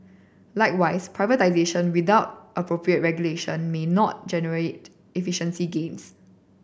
likewise privatisation without appropriate regulation may not generate efficiency gains